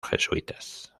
jesuitas